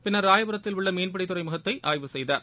பின்னர் ராயபுரத்தில் உள்ள மீன்பிடி துறைமுகத்தை ஆய்வு செய்தார்